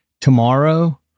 tomorrow